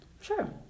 Sure